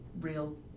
real